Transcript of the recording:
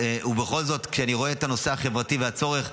בכל זאת כשאני רואה את הנושא החברתי ואת הצורך,